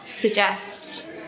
suggest